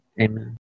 amen